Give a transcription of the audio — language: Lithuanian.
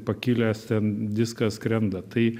pakilęs ten diskas skrenda tai